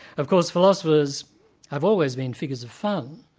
of course philosophers have always been figures of fun,